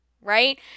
right